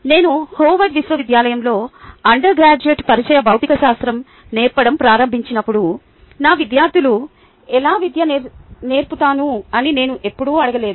నేను హోవార్డ్ విశ్వవిద్యాలయంలో అండర్ గ్రాడ్యుయేట్లకు పరిచయ భౌతికశాస్త్రం నేర్పడం ప్రారంభించినప్పుడు నా విద్యార్థులకు ఎలా విద్య నేర్పుతాను అని నేను ఎప్పుడూ అడగలేదు